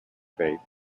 faith